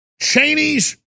Cheney's